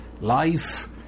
life